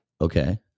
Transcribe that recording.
Okay